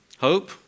Hope